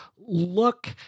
look